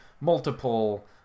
multiple